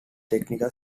technical